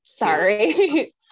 Sorry